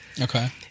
Okay